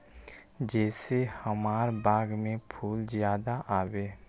जे से हमार बाग में फुल ज्यादा आवे?